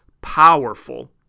powerful